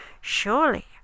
surely